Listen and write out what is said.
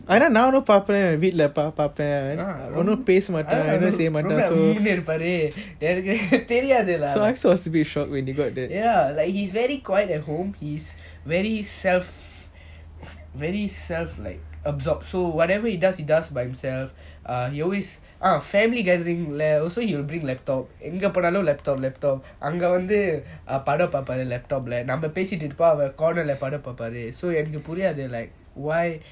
ரொம்ப உம்முனு இருப்பாரு என்னக்கு தெரியாது:romba ummunu irupaaru ennaku teriyathu ya like he is very quiet at home he is very self self very self like absorbed so whatever he does he does by himself err he always family gathering also he will bring laptop எங்கபோனாலும்:engaponaalum laptop laptop அங்க வந்து படம் பாப்பாரு:anga vanthu padam paapaaru laptop நம்ம பேசிட்டு இருப்போம் அவரு:namma peasitu irupom avaru corner lah படம் பாபர்:padam paaparu so என்னக்கு புரியாது:ennaku puriyathu like